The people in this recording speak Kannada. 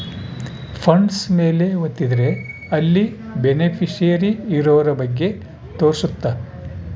ಫಂಡ್ಸ್ ಮೇಲೆ ವತ್ತಿದ್ರೆ ಅಲ್ಲಿ ಬೆನಿಫಿಶಿಯರಿ ಇರೋರ ಬಗ್ಗೆ ತೋರ್ಸುತ್ತ